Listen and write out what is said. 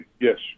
Yes